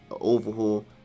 Overhaul